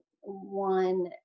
one